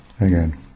Again